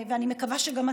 ואני מקווה שגם אתה,